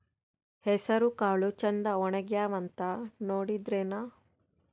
ಹೆಸರಕಾಳು ಛಂದ ಒಣಗ್ಯಾವಂತ ನೋಡಿದ್ರೆನ?